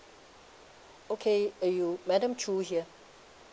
okay uh you madam choo here